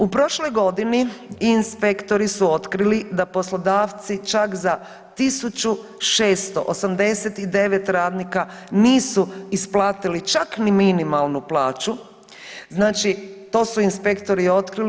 U prošloj godini inspektori su otkrili da poslodavci čak za 1.689 radnika nisu isplatili čak ni minimalnu plaću, znači to su inspektori otkrili.